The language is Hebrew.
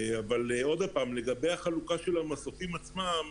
לגבי החלוקה של המסופים עצמם,